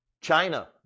China